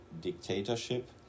dictatorship